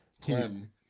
Clem